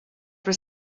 were